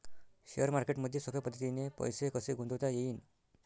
Share मार्केटमधी सोप्या पद्धतीने पैसे कसे गुंतवता येईन?